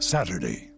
Saturday